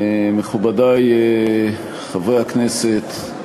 מכובדי חברי הכנסת,